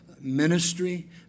ministry